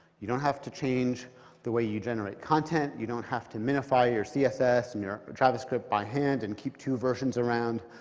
you don't have to change the way you generate content, you don't have to minify your css and your javascript by hand and keep two versions around,